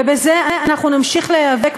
ובזה אנחנו נמשיך להיאבק,